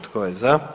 Tko je za?